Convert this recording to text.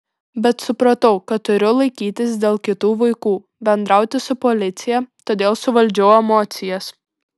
bet supratau kad turiu laikytis dėl kitų vaikų bendrauti su policija todėl suvaldžiau emocijas